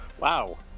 Wow